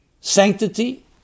sanctity